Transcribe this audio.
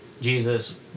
Jesus